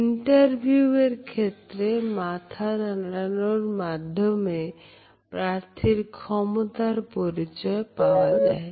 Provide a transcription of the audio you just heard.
interview এর ক্ষেত্রে মাথা নড়ানোর মাধ্যমে প্রার্থীর ক্ষমতার পরিচয় পাওয়া যায়